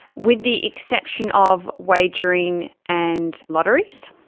with the exception of wagering and lotteries.